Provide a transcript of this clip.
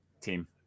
team